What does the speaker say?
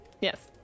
Yes